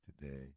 today